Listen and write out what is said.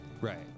right